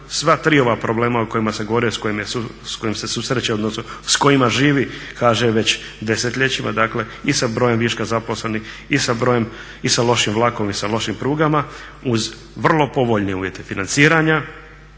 sva tri ova problema o kojima sam govorio, s kojim se susreće odnosno s kojima živi HŽ već desetljećima, dakle i sa brojem viška zaposlenih i sa lošim vlakovima i sa lošim prugama, uz vrlo povoljne uvjete financiranja,